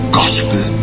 gospel